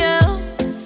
else